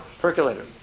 percolator